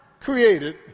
created